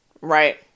right